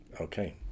Okay